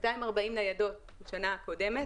240 ניידות בשנה הקודמת,